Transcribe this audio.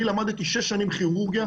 אני למדתי שש שנים כירורגיה,